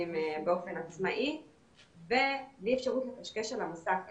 באופן עצמאי ובלי אפשרות לקשקש על המסך.